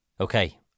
Okay